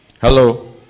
Hello